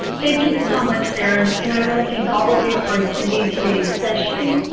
thank you so much, sharon. and i want to thank all of you for attending today's session.